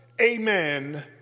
amen